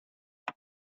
but